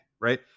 Right